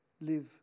live